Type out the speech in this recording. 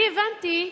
אני הבנתי,